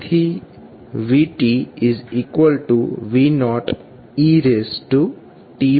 તેથી VV0 et થશે